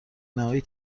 نهایی